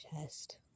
chest